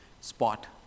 Spot